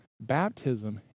baptism